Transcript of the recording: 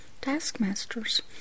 taskmasters